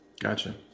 Gotcha